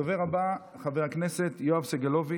הדובר הבא הוא חבר הכנסת יואב סגלוביץ'.